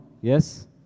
Yes